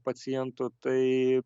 pacientų tai